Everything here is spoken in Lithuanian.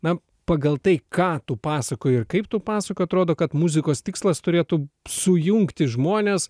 na pagal tai ką tu pasakoji ir kaip tu pasakoji atrodo kad muzikos tikslas turėtų sujungti žmones